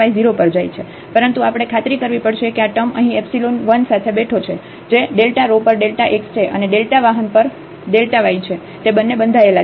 પરંતુ આપણે ખાતરી કરવી પડશે કે આ ટૅમ અહીં એપ્સીલોન 1 સાથે બેઠો છે જે રો પર xછે અને વાહન પરyછે તે બંને બંધાયેલા છે